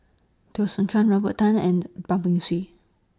Teo Soon Chuan Robert Tan and Bar Beng Swee